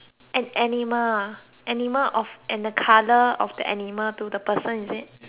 a animal of and the colour of the animal to the person is it